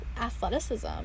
athleticism